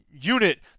unit